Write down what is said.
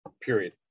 period